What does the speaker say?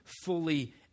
fully